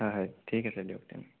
হয় হয় ঠিক আছে দিয়ক তে